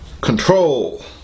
control